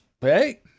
Hey